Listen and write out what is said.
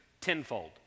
tenfold